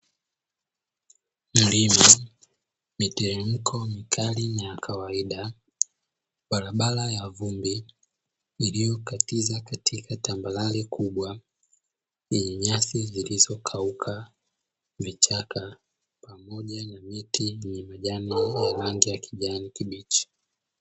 Milima, miteremko mikali na ya kawaida, barabara ya vumbi iliyokatiza katika tambarare kubwa yenye nyasi zilizokauka, vichaka pamoja na miti yenye majani yenye rangi ya kijani kibichi.